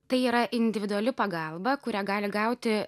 tai yra individuali pagalba kurią gali gauti